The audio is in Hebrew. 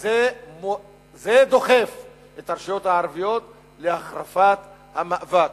זה דוחף את הרשויות המקומיות להחרפת המאבק.